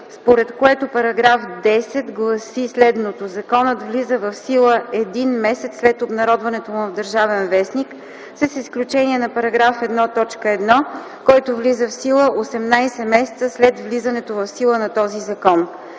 според което § 10 гласи следното: „§ 10. Законът влиза в сила един месец след обнародването му в „Държавен вестник”, с изключение на § 1, т. 1, който влиза в сила 18 месеца след влизането в сила на този закон.”